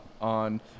on –